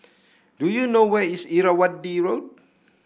do you know where is Irrawaddy Road